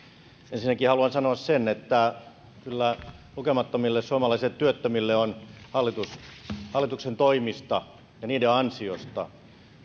ensinnäkin haluan sanoa sen että kyllä lukemattomille suomalaisille työttömille on hallituksen toimista ja niiden ansiosta